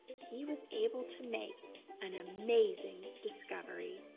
he was able to make an amazing discovery.